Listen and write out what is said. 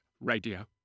radio